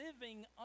living